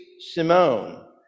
Simone